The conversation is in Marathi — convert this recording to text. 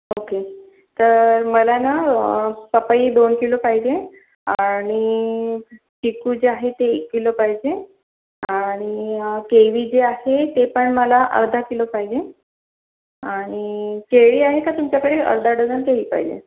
ओके तर मला ना पपई दोन किलो पाहिजे आणि चिक्कू जे आहे ते एक किलो पाहिजे आणि केवी जे आहे ते पण मला अर्धा किलो पाहिजे आणि केळी आहे का तुमच्याकडे अर्धा डझन केळी पाहिजे